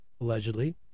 Allegedly